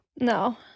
No